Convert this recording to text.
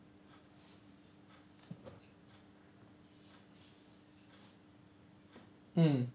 mm